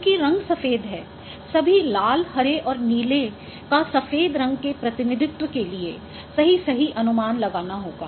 चूंकि रंग सफेद है सभी लाल हरे और नीले का सफ़ेद रंग के प्रतिनिधित्व के लिए सही सही अनुमान लगाना होगा